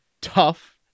tough